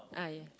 ah yeah